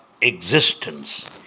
existence